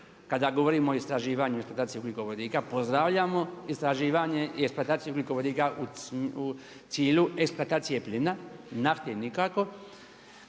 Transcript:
kada govorimo o istraživanju i eksploataciji ugljikovodika. Pozdravljamo istraživanje i eksploataciju ugljikovodika u cilju eksploatacije plina, nafte nikako.